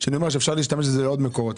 ואני אומר שאפשר להשתמש בזה לעוד מקורות.